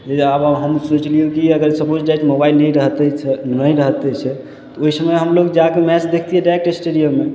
जे आब हम सोचि लियौ कि अगर सपोज दैट मोबाइल नहि रहितै नहि रहते से तऽ ओहि समय हमलोग जाके मैच देखतियै डाइरेक्ट स्टेडियममे